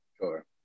Sure